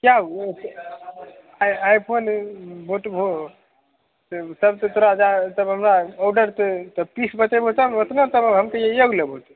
आइ phone बाॅंटभो तब तऽ तोरा जाय तब हमरा औडर तऽ तऽ पीस बतेभो तब ओतना तऽ हम कहिये एगो लेभो